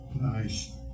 Nice